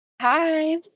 Hi